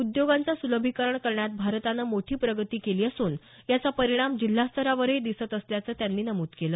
उद्योगांचं सुलभीकरण करण्यात भारतानं मोठी प्रगती केली असून याचा परिणाम जिल्हास्तरावरही दिसत असल्याचं त्यांनी नमूद केलं